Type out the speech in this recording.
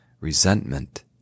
resentment